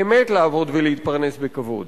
באמת לעבוד ולהתפרנס בכבוד.